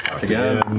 again.